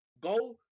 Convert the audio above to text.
Go